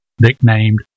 nicknamed